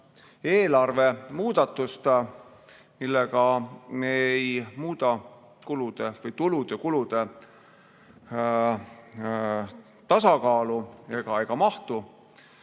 eelarvemuudatust, millega me ei muuda tulude-kulude tasakaalu ega mahtu.